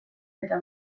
eta